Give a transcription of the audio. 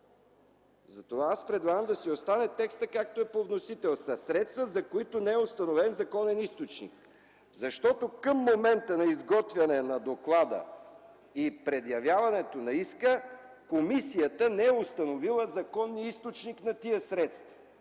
Затова аз предлагам да си остане текстът, както е по вносител: „със средства, за които не е установен законен източник”. Защото към момента на изготвяне на доклада и предявяването на иска комисията не е установила законния източник на тези средства.